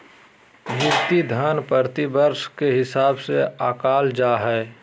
भृति धन प्रतिवर्ष के हिसाब से आँकल जा हइ